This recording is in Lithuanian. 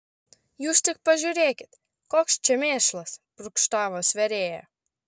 jūs tik pažiūrėkit koks čia mėšlas purkštavo svėrėja